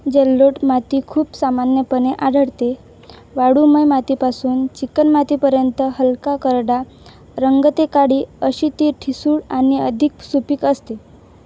जलौढ माती खूप सामान्यपणे आढळते वाळूमय मातीपासून चिकणमातीपर्यंत हलका करडा रंग ते काळी अशी ती ठिसूळ आणि अधिक सुपीक असते